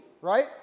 right